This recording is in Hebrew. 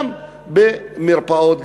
גם במרפאות,